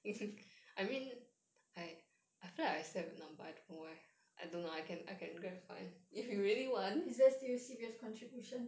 is there still C P F contribution